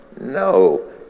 No